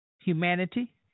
humanity